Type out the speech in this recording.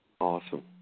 Awesome